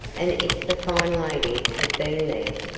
and if the fine lady had been there.